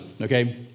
okay